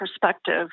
perspective